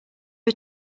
are